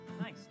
nice